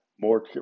more